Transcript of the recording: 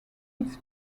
its